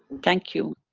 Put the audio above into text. thank you.